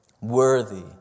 Worthy